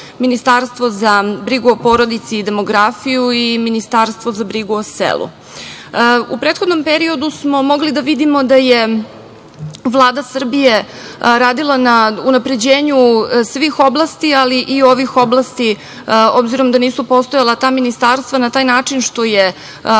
ministarstvo za brigu o porodici i demografiju i ministarstvo za brigu o selu.U prethodnom periodu smo mogli da vidimo da je Vlada Srbije radila na unapređenju svih oblasti, ali i ovih oblasti, obzirom da nisu postojala ta ministarstva, na taj način što je donosila